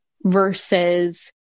versus